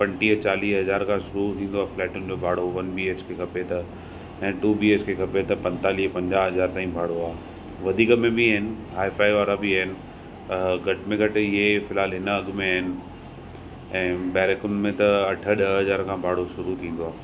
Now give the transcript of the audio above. पंटीअ चालीह हज़ार खां शुरू थींदो आहे फ्लैटनि जो भाड़ो वन बीएचके खपे त ऐं टू बीएचके खपे त पंतालीह पंजाह हज़ार ताईं भाड़ो आहे वधीक में बि आहिनि हाएफाए वारा बि आहिनि घटि में घटि इहे फ़िलहालु हिन अघि में आहिनि ऐं बैरेकुनि में त अठ ॾह हज़ार खां भाड़ो शुरू थींदो आहे